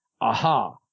aha